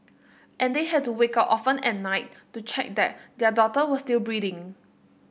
and they had to wake up often at night to check that their daughter was still breathing